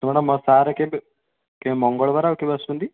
ତ ମ୍ୟାଡମ୍ ଆଉ ସାର୍ କେବେ କେବେ ମଙ୍ଗଳବାର ଆଉ କେବେ ଆସୁଛନ୍ତି